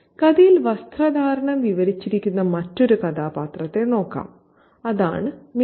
കഥയിൽ വസ്ത്രധാരണം വിവരിച്ചിരിക്കുന്ന മറ്റൊരു കഥാപാത്രത്തെ നോക്കാം അതാണ് മിനി